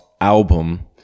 album